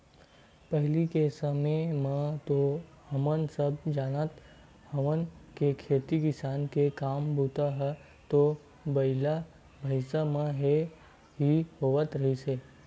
पहिली के समे म तो हमन सब जानते हवन के खेती किसानी के काम बूता ह तो बइला, भइसा मन ले ही होवत रिहिस हवय